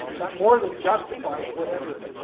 that more than justifies whatever